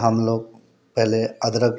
हम लोग पहले अदरक